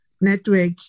network